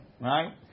right